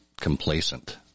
complacent